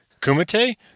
kumite